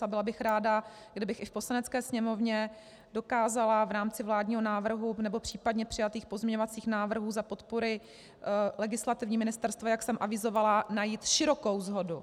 A byla bych ráda, kdybych i v Poslanecké sněmovně dokázala v rámci vládního návrhu nebo případně přijatých pozměňovacích návrhů za legislativní podpory ministerstva, jak jsem avizovala, najít širokou shodu.